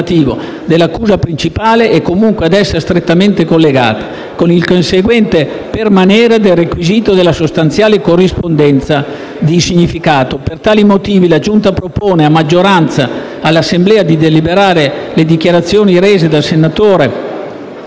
dell'accusa principale e comunque a essa strettamente collegato, con il conseguente permanere del requisito della sostanziale corrispondenza di significato. Per tali motivi la Giunta propone, a maggioranza, all'Assemblea di deliberare che le dichiarazioni rese dal senatore